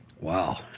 Wow